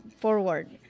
forward